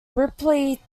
ripley